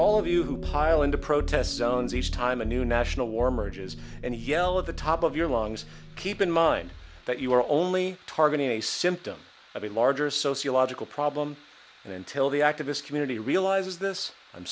all of you who pile into protest zones each time a new national war merges and yell at the top of your lungs keep in mind that you are only targeting a symptom of a larger sociological problem and until the activist community realizes this i'm